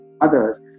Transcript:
others